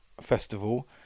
Festival